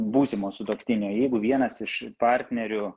būsimo sutuoktinio jeigu vienas iš partnerių